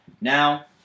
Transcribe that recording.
Now